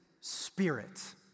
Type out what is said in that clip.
Spirit